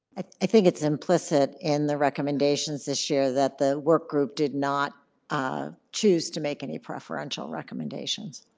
i think it's implicit in the recommendations this year that the work group did not choose to make any preferential recommendations.